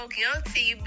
guilty